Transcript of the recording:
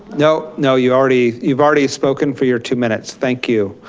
no, no you already, you've already spoken for your two minutes, thank you.